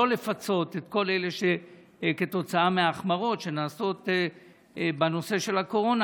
היא לא לפצות את כל אלה שכתוצאה מההחמרות שנעשות בנושא הקורונה,